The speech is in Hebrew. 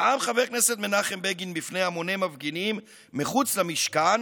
נאם חבר הכנסת מנחם בגין בפני המוני מפגינים מחוץ למשכן